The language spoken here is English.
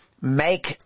make